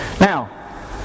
Now